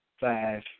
five